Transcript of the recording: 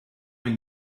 and